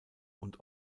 und